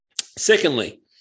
Secondly